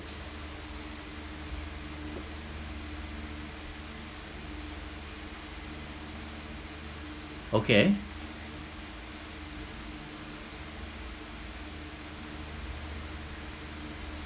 okay